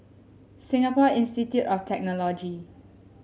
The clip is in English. Singapore Institute of Technology